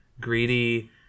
greedy